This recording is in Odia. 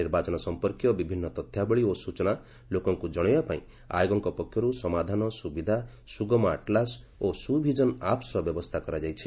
ନିର୍ବାଚନ ସମ୍ପର୍କୀୟ ବିଭିନ୍ନ ତଥ୍ୟବଳୀ ଓ ସୂଚନା ଲୋକଙ୍କୁ ଜଣାଇବା ପାଇଁ ଆୟୋଗଙ୍କ ପକ୍ଷର୍ ସମାଧାନ ସୁବିଧା ସୁଗମ ଆଟ୍ଲାସ୍ ଓ ସିଭିଜିନ୍ ଆପ୍ସର ବ୍ୟବସ୍ଥା କରାଯାଇଛି